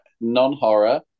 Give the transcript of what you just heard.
Non-horror